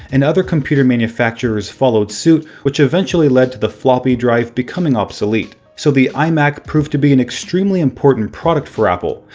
and other computer manufacturers followed suit which eventually led to the floppy drive becoming obsolete. so the imac proved to be an extremely important product for apple,